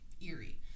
eerie